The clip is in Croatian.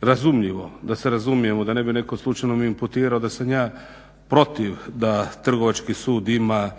Razumljivo, da se razumijemo da ne bi netko slučajno mi imputirao da sam ja protiv da Trgovački sud ima